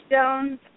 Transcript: Stones